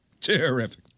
Terrific